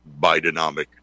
Bidenomic